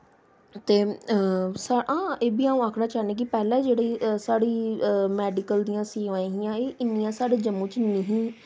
ते हां एह् बी अ'ऊं आक्खना चाह्न्नीं कि पैह्लें जेह्ड़ी साढ़ी मैडिकल दियां सीटस हियां एह् इन्नियां साढ़े जम्मू च निही